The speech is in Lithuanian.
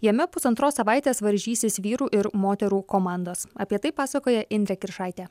jame pusantros savaitės varžysis vyrų ir moterų komandos apie tai pasakoja indrė kiršaitė